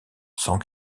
cent